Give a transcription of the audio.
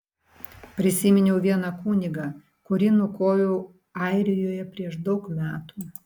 prisiminiau vieną kunigą kurį nukoviau airijoje prieš daug metų